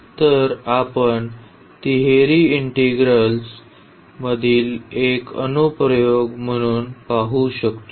तर आपण तिहेरी इंटिग्रल्स मधील एक अनुप्रयोग म्हणून पाहू शकतो